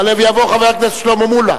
סיוע ריאלי בשכר